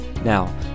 Now